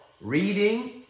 reading